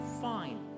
fine